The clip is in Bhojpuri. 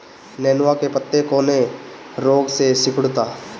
नेनुआ के पत्ते कौने रोग से सिकुड़ता?